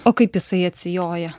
o kaip jisai atsijoja